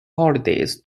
holidays